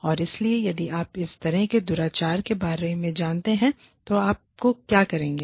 और इसलिए यदि आप इस तरह के दुराचार के बारे में जानते हैं तो आपको क्या करेंगे